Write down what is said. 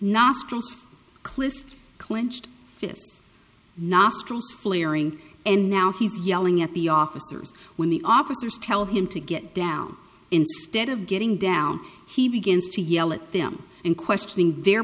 nostrums clist clenched fists nostrils flaring and now he's yelling at the officers when the officers tell him to get down instead of getting down he begins to yell at them and questioning their